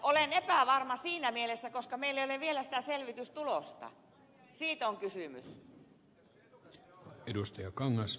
olen epävarma siinä mielessä koska meillä ei ole vielä sitä selvitystulosta siitä on kysymys